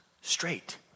straight